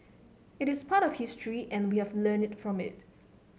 it is part of history and we have learned from it